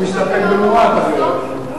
הוא מסתפק במועט, אני רואה.